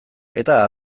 eta